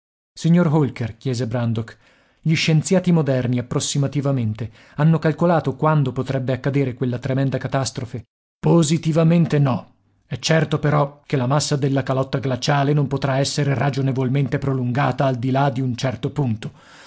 signor holker chiese brandok gli scienziati moderni approssimativamente hanno calcolato quando potrebbe accadere quella tremenda catastrofe positivamente no è certo però che la massa della calotta glaciale non potrà essere ragionevolmente prolungata al di là di un certo punto